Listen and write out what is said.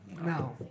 No